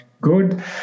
Good